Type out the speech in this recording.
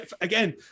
again